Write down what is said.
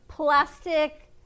Plastic